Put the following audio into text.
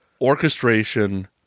orchestration